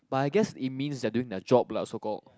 but I guess it means they are doing their job lah so called